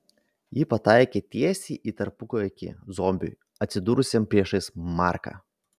ji pataikė tiesiai į tarpuakį zombiui atsidūrusiam priešais marką